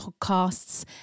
podcasts